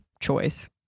choice